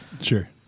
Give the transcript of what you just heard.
Sure